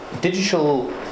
Digital